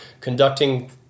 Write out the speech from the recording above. conducting